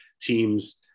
teams